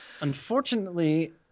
Unfortunately